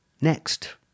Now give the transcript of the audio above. Next